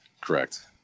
Correct